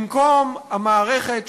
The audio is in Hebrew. במקום המערכת,